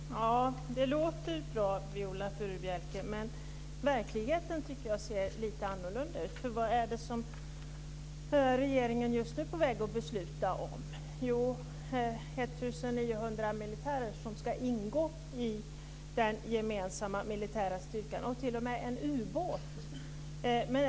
Herr talman! Det låter bra, Viola Furubjelke, men jag tycker att verkligheten ser lite annorlunda ut. Vad är det som regeringen just nu är på väg att besluta om? Jo, 1 900 militärer som ska ingå i den gemensamma militära styrkan och t.o.m. en ubåt.